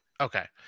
Okay